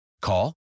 Call